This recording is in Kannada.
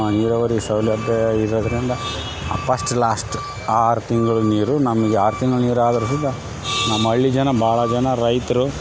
ನೀರಾವರಿ ಸೌಲಭ್ಯ ಇರೋದರಿಂದ ಪಸ್ಟ್ ಲಾಸ್ಟ್ ಆರು ತಿಂಗಳು ನೀರು ನಮಗೆ ಆರು ತಿಂಗ್ಳು ನೀರಾವರಿಯಿಂದ ನಮ್ಮ ಹಳ್ಳಿ ಜನ ಭಾಳ ಜನ ರೈತರು